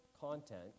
content